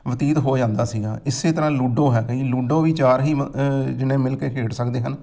ਬਤੀਤ ਹੋ ਜਾਂਦਾ ਸੀਗਾ ਇਸੇ ਤਰ੍ਹਾਂ ਲੂਡੋ ਹੈ ਲੂਡੋ ਵੀ ਚਾਰ ਹੀ ਮ ਜਣੇ ਮਿਲ ਕੇ ਖੇਡ ਸਕਦੇ ਹਨ